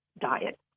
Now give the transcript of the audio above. diet